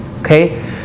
Okay